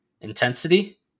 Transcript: intensity